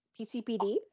PCPD